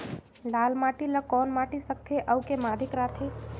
लाल माटी ला कौन माटी सकथे अउ के माधेक राथे?